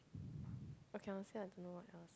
okay honestly I don't know what else